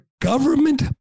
government